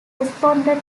responded